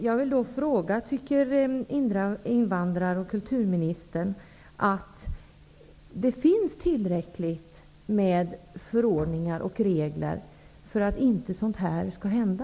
Jag vill fråga om invandrar och kulturministern tycker att det finns tillräckliga förordningar och regler för att förhindra att sådana här fall skall hända.